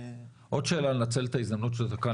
עוד שאלה לנצל את ההזדמנות שאתה כאן,